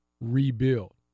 rebuild